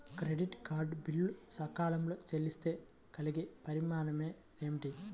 Credit card bill సకాలంలో చెల్లిస్తే కలిగే పరిణామాలేమిటి?